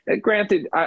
granted